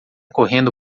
correndo